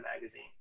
magazine